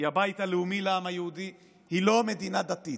היא הבית הלאומי לעם היהודי, היא לא מדינה דתית.